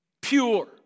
pure